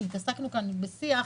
כי התעסקנו כאן בשיח